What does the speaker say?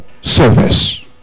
service